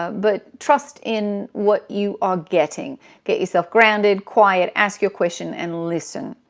but trust in what you are getting get yourself grounded, quiet, ask your question, and listen.